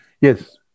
yes